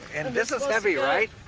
and and this is heavy right?